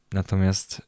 natomiast